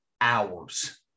hours